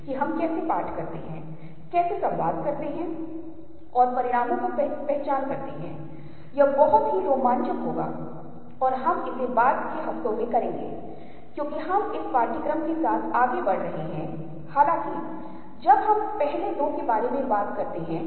तो फिर से यह अनुभूति के बारे में है जो हमें बताता है कि धारणा बहुत आसान नहीं है बहुत सरल नहीं है इसमें जटिलताएं शामिल हैं यह संघर्ष हो सकता है जो कुछ विशेष प्रकार की समझ को रास्ता दे सकता है जो कि भ्रम के रूप में जाना जाता है